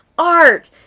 art,